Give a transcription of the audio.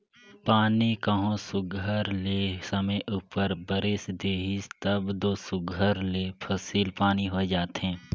पानी कहों सुग्घर ले समे उपर बरेस देहिस तब दो सुघर ले फसिल पानी होए जाथे